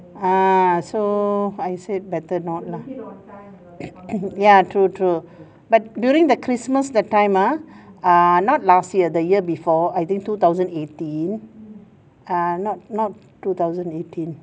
ah so I said better not lah ya true true but during the christmas the time ah err not last year the year before I think two thousand eighteen err not not two thousand eighteen